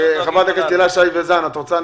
חברת הכנסת הילה שי וזאן, את רוצה לדבר?